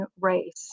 race